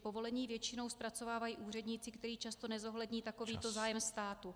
Povolení většinou zpracovávají úředníci, kteří často nezohlední takovýto zájem státu.